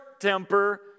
temper